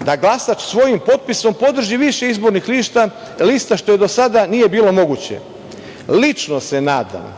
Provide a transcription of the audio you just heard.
da glasač svojim potpisom podrži više izbornih lista, što do sada nije bilo moguće. Lično se nadam